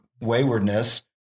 waywardness